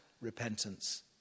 repentance